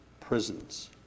prisons